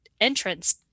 entrance